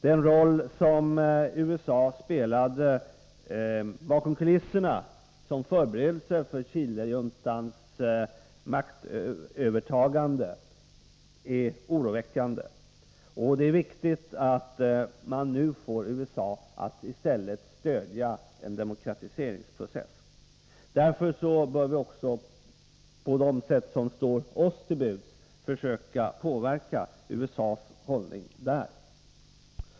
Den roll som USA spelade bakom kulisserna som förberedelse för Chilejuntans maktövertagande är oroväckande, och det är viktigt att man nu får USA att i stället stödja en demokratiseringsprocess. Därför bör vi också på de sätt som står oss till buds försöka påverka USA:s hållning där.